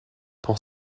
pour